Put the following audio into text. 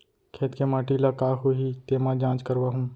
खेत के माटी ल का होही तेमा जाँच करवाहूँ?